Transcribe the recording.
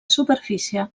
superfície